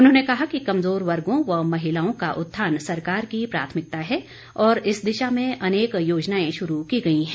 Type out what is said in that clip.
उन्होंने कहा कि कमजोर वर्गो व महिलाओं का उत्थान सरकार की प्राथमिकता है और इस दिशा में अनेक योजनाएं शुरू की गई हैं